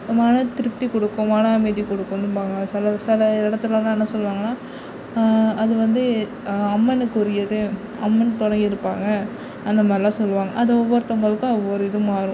மன திருப்தி கொடுக்கும் மன அமைதி கொடுக்கணும்பாங்க செலவு சில இடத்துலலாம் என்ன சொல்லுவாங்கனா அது வந்து அம்மனுக்கு உரியது அம்மன் துணை இருப்பாங்க அந்த மாதிரிலாம் சொல்வாங்க அது ஒவ்வொருத்தவங்களுக்கும் ஒவ்வொரு இது மாறும்